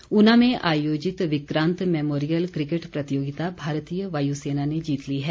cricket Una में आयोजित Vikrant memorial cricket प्रतियोगिता भारतीय वायु सेना ने जीत ली है